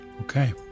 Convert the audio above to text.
Okay